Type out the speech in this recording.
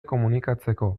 komunikatzeko